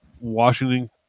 Washington